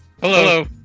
Hello